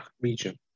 region